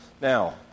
Now